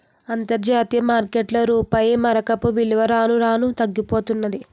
అంతర్జాతీయ మార్కెట్లో రూపాయి మారకపు విలువ రాను రానూ తగ్గిపోతన్నాది